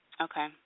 Okay